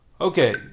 Okay